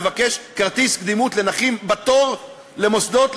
מבקש כרטיס קדימות לנכים בתור במוסדות,